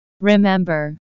Remember